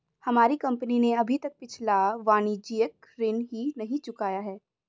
हमारी कंपनी ने अभी तक पिछला वाणिज्यिक ऋण ही नहीं चुकाया है